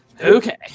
Okay